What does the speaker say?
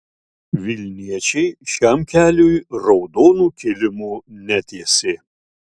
vilniečiai šiam keliui raudonų kilimų netiesė